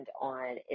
on